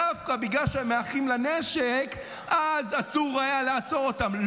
דווקא בגלל שהם מאחים לנשק אסור היה לעצור אותם,